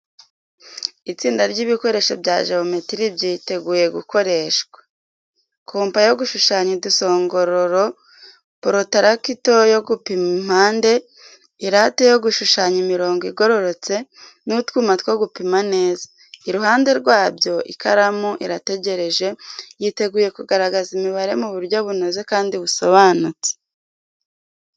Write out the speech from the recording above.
Itsinda ry’ibikoresho bya jewometiri byiteguye gukoreshwa: kompa yo gushushanya udusongororo, porotarakito yo gupima impande, irate yo gushushanya imirongo igororotse, n’utwuma two gupima neza. Iruhande rwabyo, ikaramu irategereje, yiteguye kugaragaza imibare mu buryo bunoze kandi busobanutse.